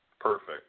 Perfect